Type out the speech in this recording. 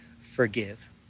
Forgive